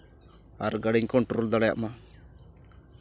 ᱜᱟᱹᱰᱤᱧ ᱠᱚᱱᱴᱨᱳᱞ ᱫᱟᱲᱮᱭᱟᱜ ᱢᱟ